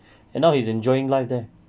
and now he's enjoying life there